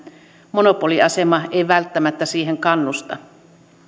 monopoliasema ei välttämättä siihen kannusta